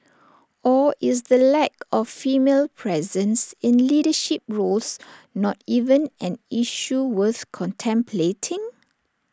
or is the lack of female presence in leadership roles not even an issue worth contemplating